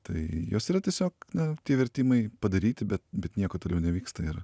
tai jos yra tiesiog na tie vertimai padaryti bet bet nieko toliau nevyksta ir